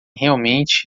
realmente